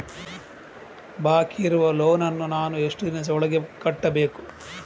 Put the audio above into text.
ಬಾಕಿ ಇರುವ ಲೋನ್ ನನ್ನ ನಾನು ಎಷ್ಟು ದಿವಸದ ಒಳಗೆ ಕಟ್ಟಬೇಕು?